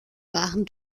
waren